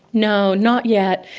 no, not yet.